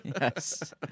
Yes